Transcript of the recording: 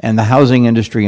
and the housing industry in